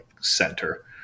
center